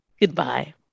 goodbye